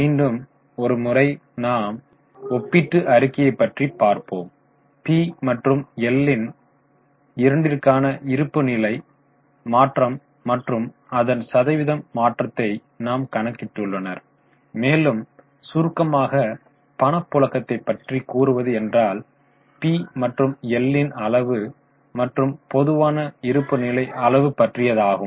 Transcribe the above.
மீண்டும் ஒரு முறை நாம் ஒப்பீட்டு அறிக்கையை பற்றி பார்ப்போம் பி மற்றும் எல் ன் இரண்டிற்கான இருப்பு நிலை மாற்றம் மற்றும் அதன் சதவீதம் மாற்றத்தை நாம் கணக்கிட்டுள்ளனர் மேலும் சுருக்கமாக பணப்புழக்கத்தை பற்றி கூறுவது என்றால் பி மற்றும் எல் ன் அளவு மற்றும் பொதுவான இருப்பு நிலை அளவு பற்றியதாகும்